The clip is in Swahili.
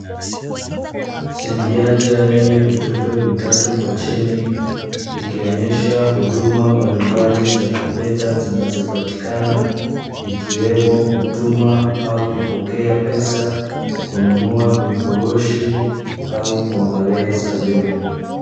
Simujanja yenye vitufe vitatu kwa chini, ikionesha huduma mbalimbali za kifedha zinazopatikana, ikiwemo kutuma au kupokea pesa, kununua vifurushi, au kuangalia salio.